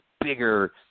bigger